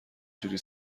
جوری